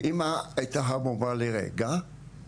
ואמא הייתה המומה לרגע,